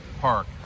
Park